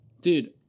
Dude